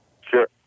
Sure